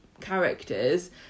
characters